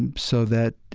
and so that